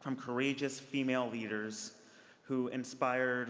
from courageous female leaders who inspireed